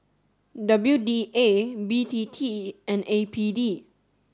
W D A B T T and A P D